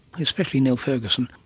especially neil ferguson,